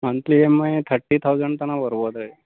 monthly E M I thirty thousand ತನಕ ಬರ್ಬೋದು ರೀ